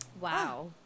Wow